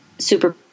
super